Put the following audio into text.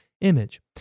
image